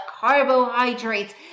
carbohydrates